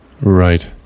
Right